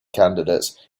candidates